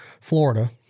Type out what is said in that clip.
Florida